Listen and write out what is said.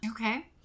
Okay